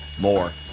more